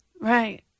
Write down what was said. Right